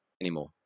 anymore